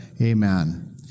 Amen